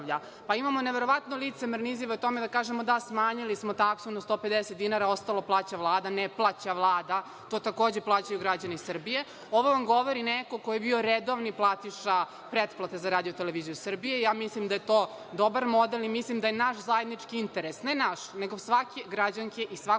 Pa imamo neverovatno licemerne izjave o tome da kažemo – da, smanjili smo taksu na 150 dinara, a ostalo plaća Vlade. Ne plaća Vlada, to takođe plaćaju građani Srbije. Ovo vam govori neko ko je bio redovni platiša pretplate za RTS. Ja mislim da je to dobar model i mislim da je naš zajednički interes, ne naš, nego svake građanke i svakog